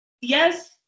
yes